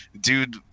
Dude